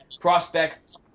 prospect